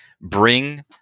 bring